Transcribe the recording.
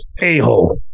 a-hole